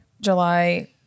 July